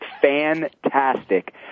fantastic